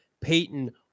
Payton